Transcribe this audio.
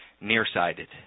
nearsighted